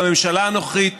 בממשלה הנוכחית,